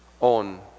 On